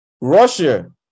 Russia